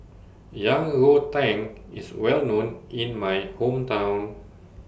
Yang Rou Tang IS Well known in My Hometown